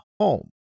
home